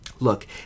Look